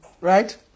Right